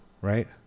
Right